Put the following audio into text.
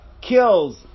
kills